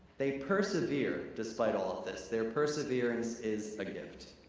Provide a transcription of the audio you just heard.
they persevere despite all of this. their perseverance is a gift.